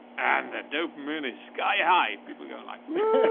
and the dope moon is sky high. people are going like,